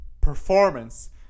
performance